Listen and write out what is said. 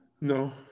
No